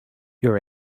your